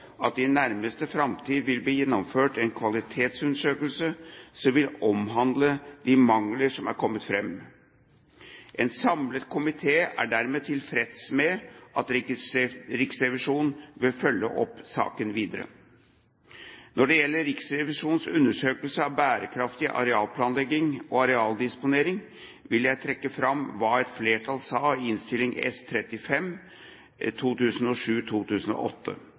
at det i nærmeste framtid vil bli gjennomført en kvalitetsundersøkelse som vil omhandle de mangler som er kommet fram. En samlet komité er dermed tilfreds med at Riksrevisjonen vil følge opp saken videre. Når det gjelder Riksrevisjonens undersøkelse av bærekraftig arealplanlegging og arealdisponering, vil jeg trekke fram hva et flertall sa i Innst. S. nr. 35